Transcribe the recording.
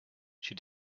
she